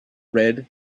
red